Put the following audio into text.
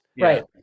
Right